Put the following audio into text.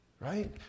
Right